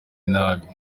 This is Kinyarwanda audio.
nabi